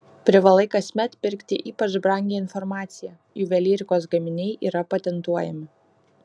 privalai kasmet pirkti ypač brangią informaciją juvelyrikos gaminiai yra patentuojami